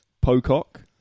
Pocock